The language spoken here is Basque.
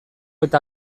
eta